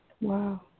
Wow